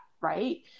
right